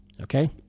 okay